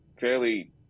fairly